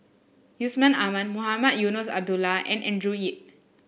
Yusman Aman Mohamed Eunos Abdullah and Andrew Yip